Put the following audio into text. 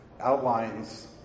outlines